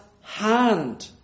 hand